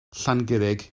llangurig